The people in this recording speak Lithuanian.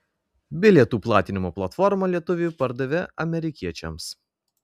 bilietų platinimo platformą lietuviai pardavė amerikiečiams